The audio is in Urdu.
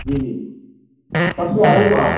جی جی کب سے آ رہے ہیں تو آپ